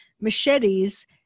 machetes